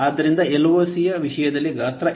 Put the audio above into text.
ಆದ್ದರಿಂದ ಎಲ್ಒಸಿಯ ವಿಷಯದಲ್ಲಿ ಗಾತ್ರ ಏನು